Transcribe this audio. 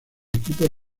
equipos